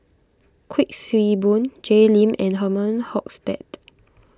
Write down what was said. Kuik Swee Boon Jay Lim and Herman Hochstadt